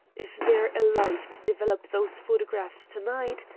if they're alive to develop those photographs to-night,